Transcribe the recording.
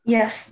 Yes